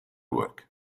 work